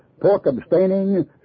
pork-abstaining